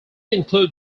include